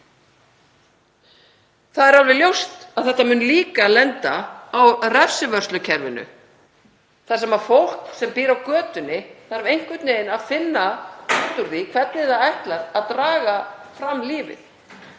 Það er alveg ljóst að þetta mun líka lenda á refsivörslukerfinu þar sem fólk sem býr á götunni þarf einhvern veginn að finna út úr því hvernig það ætlar að draga fram lífið.